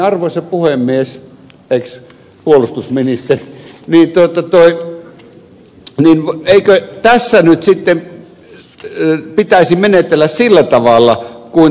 arvoisa puhemies ex puolustusministeri eikö tässä nyt sitten pitäisi menetellä sillä tavalla kuin ed